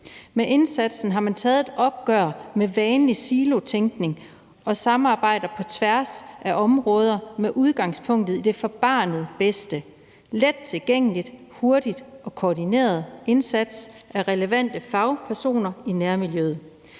Med indsatsen har man taget et opgør med vanlig silotænkning og samarbejder på tværs af områder med udgangspunkt i det for barnet bedste – lettilgængelig, hurtig og koordineret indsats af relevante fagpersoner i nærmiljøet.